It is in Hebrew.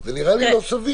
זה נראה לי לא סביר.